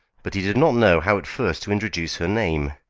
but he did not know how at first to introduce her name.